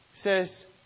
says